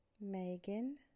Megan